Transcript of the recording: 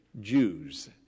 Jews